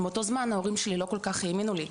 באותו זמן ההורים שלי לא כל כך האמינו לי.